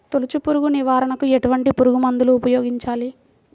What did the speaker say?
తొలుచు పురుగు నివారణకు ఎటువంటి పురుగుమందులు ఉపయోగించాలి?